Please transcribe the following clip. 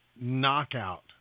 knockout